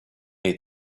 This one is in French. les